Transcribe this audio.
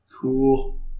Cool